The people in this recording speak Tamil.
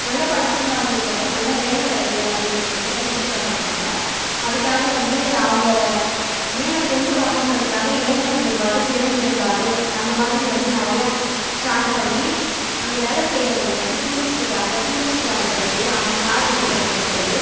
நல்லா படிச்சிருந்தாலுமே கூட நல்ல வேலை கிடைக்கல அப்படின்றதுனால ரொம்ப கஷ்டப்படுறாங்க அதுக்காக வந்து அவங்கள மேலே கொண்டு வரணுட்றதுக்காக இளைஞர் மேம்பாடு திறன் மேம்பாடு அந்த மாதிரி வந்து நிறையா ஸ்டார்ட் பண்ணி அங்கே வேலை செய்கிறவுங்களுக்கு வந்து டூரிஸ்டுக்காக டூரிஸ்ட் அனுப்புறது அவங்களுக்கு கார் ரெடி பண்ணி கொடுக்குறது